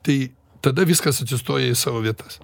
tai tada viskas atsistoja į savo vietas